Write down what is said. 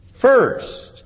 first